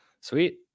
Sweet